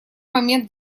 момент